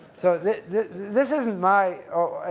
so this isn't my, oh,